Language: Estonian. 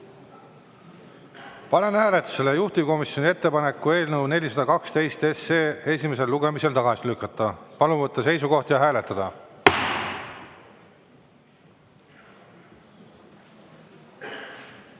hääletusele juhtivkomisjoni ettepaneku eelnõu 412 esimesel lugemisel tagasi lükata. Palun võtta seisukoht ja hääletada!